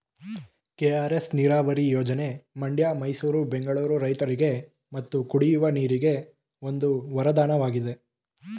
KRS ನೀರವರಿ ಯೋಜನೆ ಮಂಡ್ಯ ಮೈಸೂರು ಬೆಂಗಳೂರು ರೈತರಿಗೆ ಮತ್ತು ಕುಡಿಯುವ ನೀರಿಗೆ ಒಂದು ವರದಾನವಾಗಿದೆ